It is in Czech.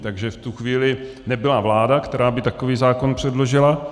Takže v tu chvíli nebyla vláda, která by takový zákon předložila.